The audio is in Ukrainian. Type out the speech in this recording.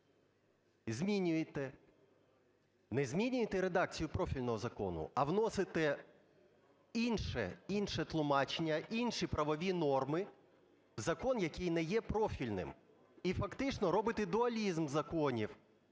змінюєте… не змінюєте редакцію профільного закону, а вносите інше, інше тлумачення, інші правові норми в закон, який не є профільним, і фактично робите дуалізм законів?